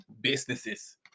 businesses